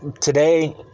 today